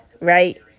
right